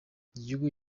igihugu